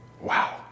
Wow